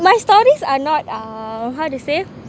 my stories are not uh how to say